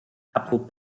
apple